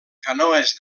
canoes